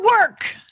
work